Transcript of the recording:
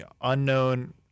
unknown